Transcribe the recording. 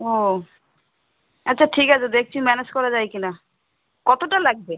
ও আচ্ছা ঠিক আছে দেকছি ম্যানেজ করা যায় কি না কতটা লাগবে